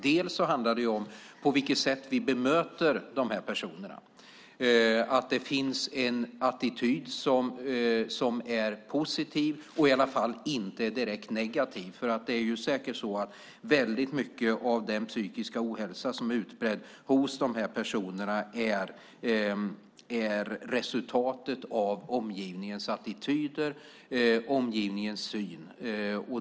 Det handlar om hur vi bemöter dessa personer och att det finns en attityd som är positiv och i varje fall inte direkt negativ. Väldigt mycket av den psykiska ohälsa som är utbredd hos dessa personer är resultatet av omgivningens attityder och syn.